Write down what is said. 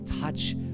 touch